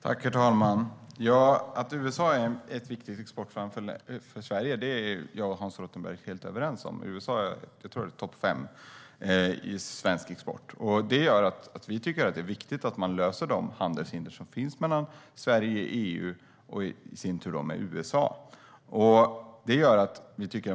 Herr talman! Att USA är ett viktigt exportland för Sverige är jag och Hans Rothenberg helt överens om. USA är topp fem i svensk export. Det gör att vi tycker att det är viktigt att man kommer till rätta med de handelshinder som finns mellan Sverige, EU och USA.